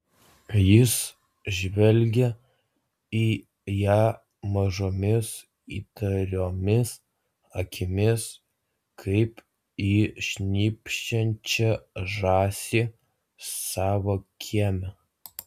jis žvelgė į ją mažomis įtariomis akimis kaip į šnypščiančią žąsį savo kieme